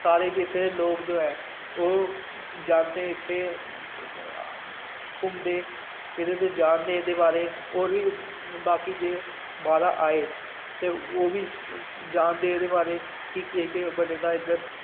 सारे इत्थें लोग जो ऐ ओह् सारे इत्थें घुम्मदै जां ते जानदे एह्दे बारै जां भी बाकी जे बाद ई आये ते ओह्बी जानदे कि केह् केह् बने दा एह्दे बारै ई